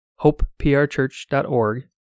hopeprchurch.org